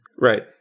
Right